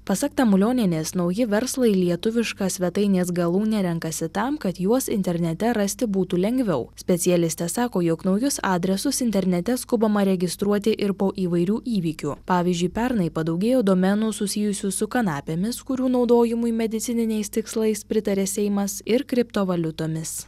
pasak tamulionienės nauji verslai lietuvišką svetainės galūnę renkasi tam kad juos internete rasti būtų lengviau specialistė sako jog naujus adresus internete skubama registruoti ir po įvairių įvykių pavyzdžiui pernai padaugėjo domenų susijusių su kanapėmis kurių naudojimui medicininiais tikslais pritarė seimas ir kriptovaliutomis